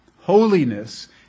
Holiness